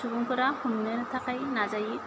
सुबुंफोरा हमनो थाखाय नाजायो